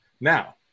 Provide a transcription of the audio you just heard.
Now